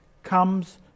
comes